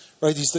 right